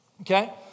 Okay